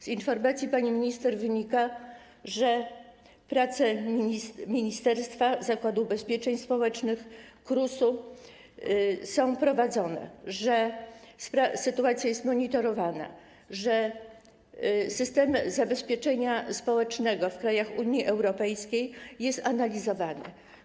Z informacji pani minister wynika, że prace ministerstwa, Zakładu Ubezpieczeń Społecznych, KRUS-u są prowadzone, że sytuacja jest monitorowana, że system zabezpieczenia społecznego w krajach Unii Europejskiej jest analizowany.